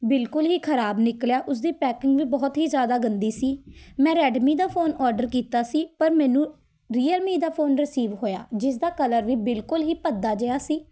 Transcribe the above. ਬਿਲਕੁਲ ਹੀ ਖ਼ਰਾਬ ਨਿਕਲਿਆ ਉਸਦੀ ਪੈਕਿੰਗ ਵੀ ਬਹੁਤ ਹੀ ਜ਼ਿਆਦਾ ਗੰਦੀ ਸੀ ਮੈਂ ਰੈਡਮੀ ਦਾ ਫ਼ੋਨ ਔਡਰ ਕੀਤਾ ਸੀ ਪਰ ਮੈਨੂੰ ਰੀਅਲਮੀ ਦਾ ਫ਼ੋਨ ਰਿਸੀਵ ਹੋਇਆ ਜਿਸਦਾ ਕਲਰ ਵੀ ਬਿਲਕੁਲ ਹੀ ਭੱਦਾ ਜਿਹਾ ਸੀ